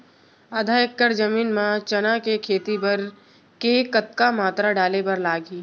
आधा एकड़ जमीन मा चना के खेती बर के कतका मात्रा डाले बर लागही?